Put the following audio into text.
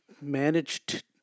managed